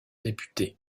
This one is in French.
député